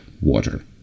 water